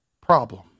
problem